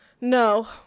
No